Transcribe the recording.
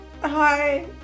Hi